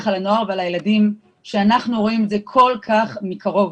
על הנוער והילדים שאנחנו רואים אותו כל כך מקרוב.